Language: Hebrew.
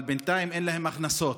אבל בינתיים אין להם הכנסות,